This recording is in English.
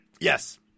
Yes